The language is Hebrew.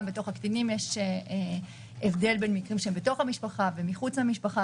גם בתוך הקטינים יש הבדל בין מקרים שהם בתוך המשפחה ומחוץ למשפחה,